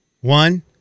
one